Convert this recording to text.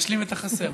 שישלימו את החסר.